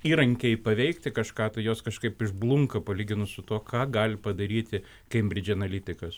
įrankiai paveikti kažką tai jos kažkaip išblunka palyginus su tuo ką gali padaryti kembridže analitikas